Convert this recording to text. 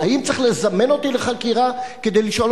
האם צריך לזמן אותי לחקירה כדי לשאול